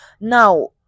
now